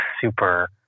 super